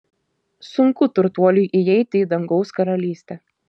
sunku turtuoliui įeiti į dangaus karalystę